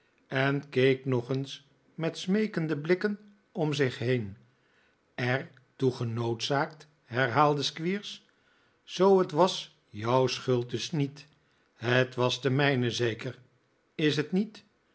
en keek nog eens met smeekende blikken om zich heen er toe genoodzaakt herhaalde squeers zoo het was jouw schuld dus niet het was de mijne zeker is t niet